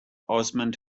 osmond